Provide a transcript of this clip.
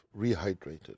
rehydrated